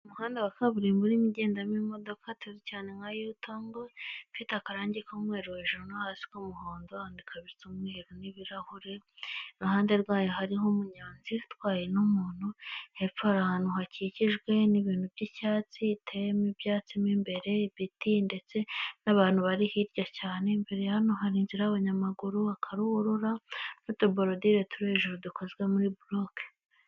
umuhanda wa kaburimbo uma ugendamo imodokaz cyane nka yotang ifite akarangi koumu hejuru no hasi k'umuhondo dikaritse umweru n'ibirahure iruhande rwayo hari umunyozi utwaye n'umuntu hepfo ahantu hakikijwe n'ibintu by'icyatsi iteyemo ibyatsimo imbere beti ndetse n'abantu bari hirya cyane mbere hano hari inzira abanyamaguru bakaruhurura rutobodire tu hejuru dukozwe muri bloke